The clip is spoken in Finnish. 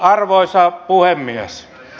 arvoisa puhemies